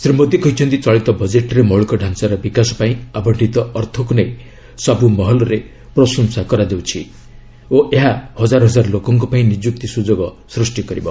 ଶ୍ରୀ ମୋଦୀ କହିଛନ୍ତି ଚଳିତ ବଜେଟରେ ମୌଳିକ ଢ଼ାଞ୍ଚାର ବିକାଶ ପାଇଁ ଆବଶ୍ଚିତ ଅର୍ଥକୁ ନେଇ ସବୁ ମହଲରେ ପ୍ରଶଂସା କରାଯାଉଛି ଓ ଏହା ହଜାର ହଜାର ଲୋକଙ୍କ ପାଇଁ ନିଯୁକ୍ତି ସୁଯୋଗ ସୃଷ୍ଟି କରିବ